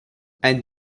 and